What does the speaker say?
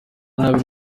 nabi